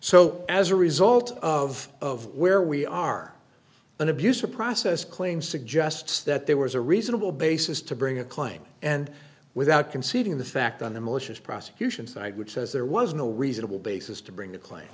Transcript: so as a result of where we are an abuse of process claim suggests that there was a reasonable basis to bring a claim and without conceding the fact on the malicious prosecution side which says there was no reasonable basis to bring